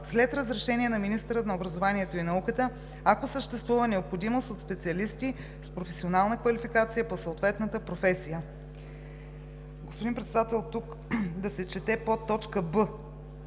след разрешение на министъра на образованието и науката, ако съществува необходимост от специалисти с професионална квалификация по съответна професия.